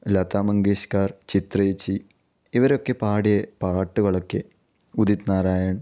ലതാ മങ്കേഷ്കാർ ചിത്ര ചേച്ചി ഇവരൊക്കെ പാടിയെ പാട്ടുകളൊക്കെ ഉദിത് നാരായൺ